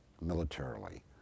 militarily